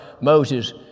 Moses